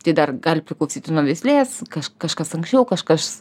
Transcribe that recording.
tai dar gali priklausyti nuo veislės kaž kažkas anksčiau kažkas